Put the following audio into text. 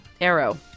arrow